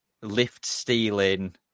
lift-stealing